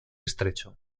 estrecho